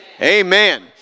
Amen